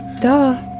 Duh